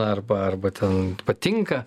arba arba ten patinka